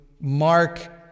Mark